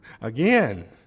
Again